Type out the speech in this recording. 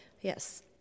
Yes